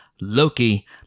Loki